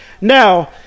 Now